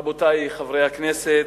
רבותי חברי הכנסת,